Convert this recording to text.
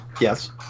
Yes